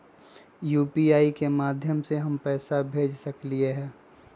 UPI के माध्यम से हम पैसा भेज सकलियै ह?